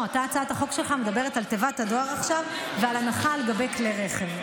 הצעת החוק שלך מדברת על תיבות הדואר ועל הנחה על כלי רכב,